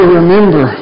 remember